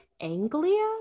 anglia